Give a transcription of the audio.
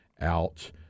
out